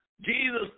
Jesus